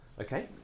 Okay